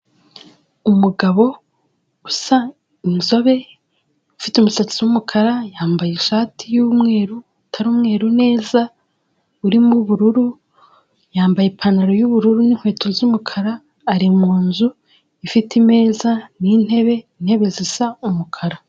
Umugabo usa inzobe, ufite umusatsi w'umukara, yambaye ishati y'umweru utari umweru neza urimo ubururu, yambaye ipantaro y'ubururu n'inkweto z'umukara, ari mu nzu ifite imeza n'intebe, intebe zisa umukara.